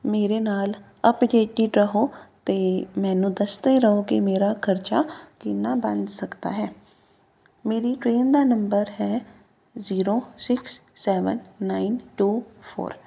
ਮੇਰੇ ਨਾਲ ਅਪਡੇਟਿਡ ਰਹੋ ਅਤੇ ਮੈਨੂੰ ਦੱਸਦੇ ਰਹੋ ਕਿ ਮੇਰਾ ਖਰਚਾ ਕਿੰਨਾ ਬਣ ਸਕਦਾ ਹੈ ਮੇਰੀ ਟਰੇਨ ਦਾ ਨੰਬਰ ਹੈ zero six seven nine two four